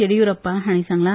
येडियुरप्पा हाणी सांगला